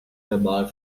verbal